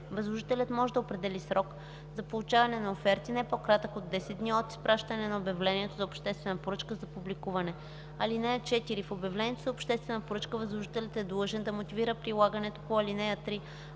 възложителят може да определи срок за получаване на оферти, не по-кратък от 10 дни от изпращане на обявлението за обществена поръчка за публикуване. (4) В обявлението за обществена поръчка възложителят е длъжен да мотивира прилагането на ал. 3.